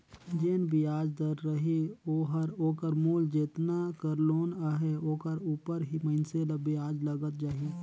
जेन बियाज दर रही ओहर ओकर मूल जेतना कर लोन अहे ओकर उपर ही मइनसे ल बियाज लगत जाही